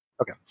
Okay